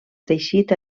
teixit